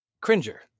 Cringer